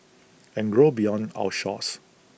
and grow beyond our shores